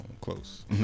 close